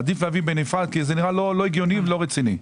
עדיף להביא בנפרד כי זה נראה לא הגיוני ולא רציני.